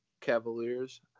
Cavaliers